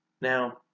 Now